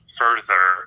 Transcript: further